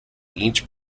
each